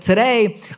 Today